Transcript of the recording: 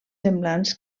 semblants